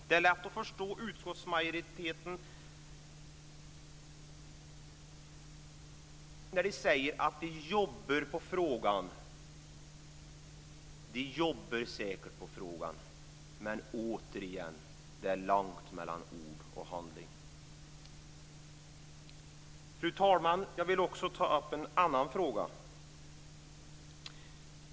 Det är lätt att förstå utskottsmajoriteten när de säger att de jobbar med frågan. De jobbar säkert med frågan. Men återigen: Det är långt mellan ord och handling. Fru talman! Jag vill också ta upp en annan fråga.